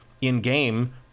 in-game